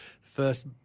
first